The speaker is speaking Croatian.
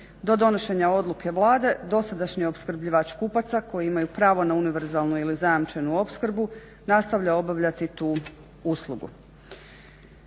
Do donošenja odluke Vlade dosadašnji opskrbljivač kupaca koji imaju pravo na univerzalnu ili zajamčenu opskrbu nastavlja obavljati tu uslugu.